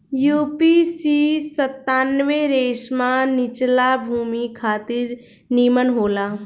UPC सत्तानबे रेशमा निचला भूमि खातिर निमन होला